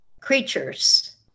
creatures